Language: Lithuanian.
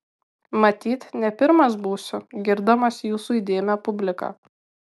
matyt ne pirmas būsiu girdamas jūsų įdėmią publiką